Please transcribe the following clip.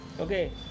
okay